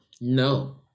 No